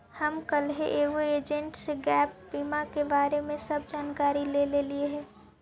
हम कलहे एगो एजेंट से गैप बीमा के बारे में सब जानकारी ले लेलीअई हे